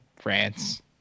France